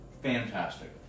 fantastic